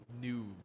new